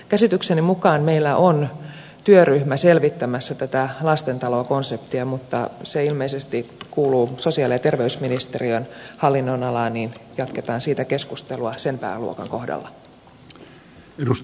käsitykseni mukaan meillä on työryhmä selvittämässä tätä lastentalokonseptia mutta koska se ilmeisesti kuuluu sosiaali ja terveysministeriön hallinnon alaan niin jatketaan siitä keskustelua sen pääluokan kohdalla